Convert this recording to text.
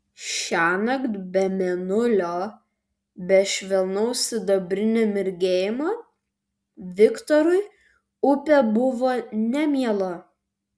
šiąnakt be mėnulio be švelnaus sidabrinio mirgėjimo viktorui upė buvo nemiela